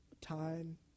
time